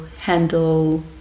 handle